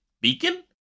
Beacon